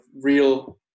real